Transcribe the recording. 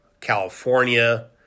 California